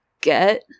get